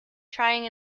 trying